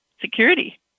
security